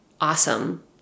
awesome